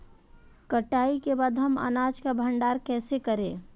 कटाई के बाद हम अनाज का भंडारण कैसे करें?